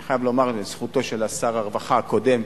אני חייב לומר לזכותו של שר הרווחה הקודם,